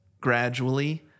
gradually